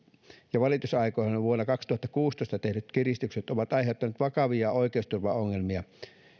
ja valitusaikoihin vuonna kaksituhattakuusitoista tehdyt kiristykset ovat aiheuttaneet vakavia oikeusturvaongelmia